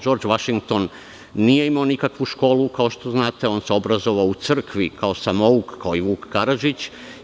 Džordž Vašington nije imao nikakvu školu, kao što znate, on se obrazovao u crkvi kao samouk, kao i Vuk Karadžić.